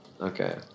Okay